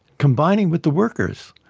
combining with the workers,